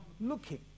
looking